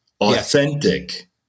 authentic